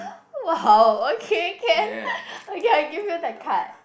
!wow! okay can okay I give you the card